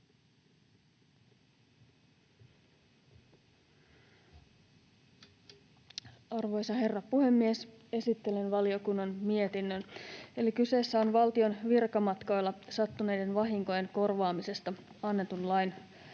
Arvoisa herra puhemies! Esittelen valiokunnan mietinnön. Kyseessä on valtion virkamatkoilla sattuneiden vahinkojen korvaamisesta annetun lain